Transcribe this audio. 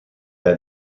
bij